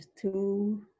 two